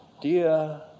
dear